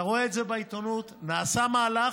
אתה רואה את זה בעיתונות, נעשה מהלך.